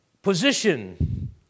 Position